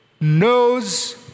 knows